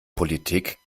politik